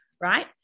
right